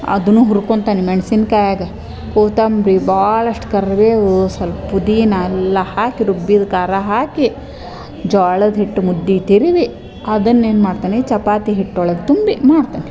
ಅದನ್ನೂ ಹುರ್ಕೊಂತೇನೆ ಮೆಣಸಿನಕಾಯಗ ಕೊತ್ತಂಬ್ರಿ ಭಾಳಷ್ಟು ಕರಿಬೇವು ಸ್ವಲ್ಪ ಪುದೀನ ಎಲ್ಲ ಹಾಕಿ ರುಬ್ಬಿದ ಖಾರ ಹಾಕಿ ಜೋಳದ ಹಿಟ್ಟು ಮುದ್ದೆ ತಿರುವಿ ಅದನ್ನು ಏನು ಮಾಡ್ತೀನಿ ಚಪಾತಿ ಹಿಟ್ಟು ಒಳಗೆ ತುಂಬಿ ಮಾಡ್ತೀನಿ